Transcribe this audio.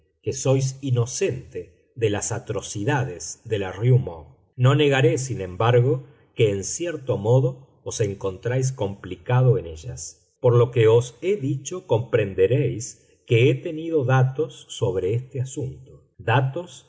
que sois inocente de las atrocidades de la rue morgue no negaré sin embargo que en cierto modo os encontráis complicado en ellas por lo que os he dicho comprenderéis que he tenido datos sobre este asunto datos